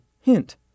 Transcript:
Hint